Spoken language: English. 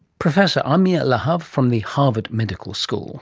professor amir lahav from the harvard medical school